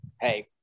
hey